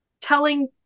telling